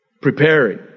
preparing